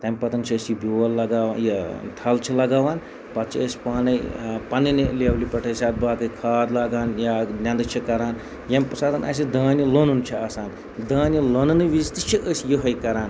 تَمہِ پَتہٕ چھِ أسی یہِ بیول لگاوان یہِ تھل چھِ لگاوان پَتہٕ چھِ أسۍ پانے پَنٕنہِ لیولہِ پٮ۪ٹھ أسۍ اَتھ کھاد لاگان یا نیندٕ چھِ کران ییٚمہِ ساتہٕ اَسہِ دانہِ لونُن چھُ آسان دانہِ لوننہٕ وِزِ تہِ چھِ أسۍ یِہوے کران